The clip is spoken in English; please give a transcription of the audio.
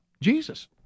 Jesus